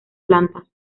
plantas